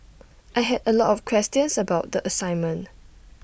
I had A lot of questions about the assignment